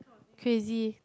crazy